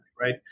right